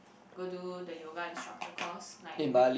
go do the yoga instructor course like Rick